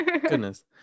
goodness